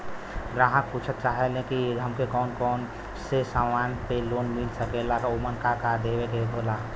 ग्राहक पुछत चाहे ले की हमे कौन कोन से समान पे लोन मील सकेला ओमन का का देवे के होला?